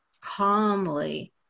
calmly